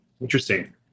Interesting